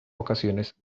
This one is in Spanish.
ocasiones